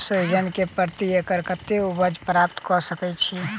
सोहिजन केँ प्रति एकड़ कतेक उपज प्राप्त कऽ सकै छी?